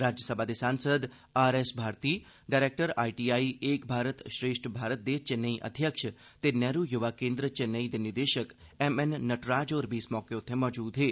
राज्यसभा दे सांसद R S Bharati director I I T Ek Bharat Shreshtha Bharat दे चन्नेई अध्यक्ष ते नेहरु युवा केन्द्र चैन्नई दे निदेशक एम एन नटराज होर बी इस मौके उत्थे मौजूद हे